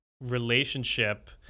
relationship